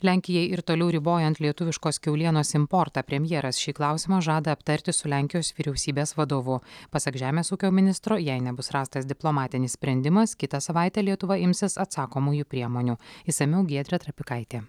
lenkijai ir toliau ribojant lietuviškos kiaulienos importą premjeras šį klausimą žada aptarti su lenkijos vyriausybės vadovu pasak žemės ūkio ministro jei nebus rastas diplomatinis sprendimas kitą savaitę lietuva imsis atsakomųjų priemonių išsamiau giedrė trapikaitė